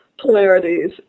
polarities